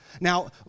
Now